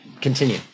continue